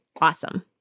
awesome